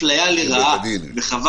בשעות מאוחרות יש אפליה לרעה, וחבל.